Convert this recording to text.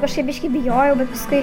kažkaip biškį bijojau bet paskui